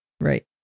Right